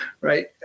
right